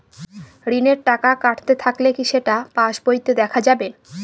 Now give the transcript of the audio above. ঋণের টাকা কাটতে থাকলে কি সেটা পাসবইতে দেখা যাবে?